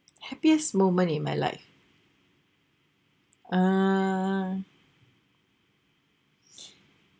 happiest moment in my life uh